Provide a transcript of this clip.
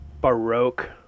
Baroque